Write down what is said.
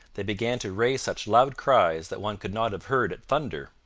they began to raise such loud cries that one could not have heard it thunder.